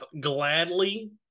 Gladly